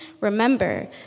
remember